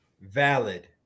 Valid